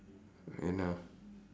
then uh